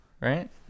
right